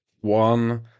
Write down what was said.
one